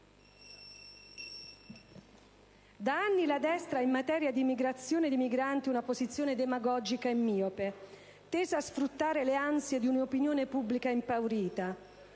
Da anni la destra ha in materia di migrazione e di migranti una posizione demagogica e miope, tesa a sfruttare le ansie di un'opinione pubblica impaurita.